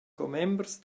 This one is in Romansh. commembers